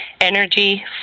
energy